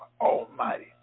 Almighty